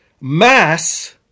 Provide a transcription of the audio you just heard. mass